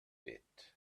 bit